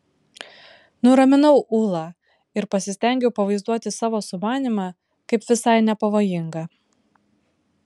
nuraminau ulą ir pasistengiau pavaizduoti savo sumanymą kaip visai nepavojingą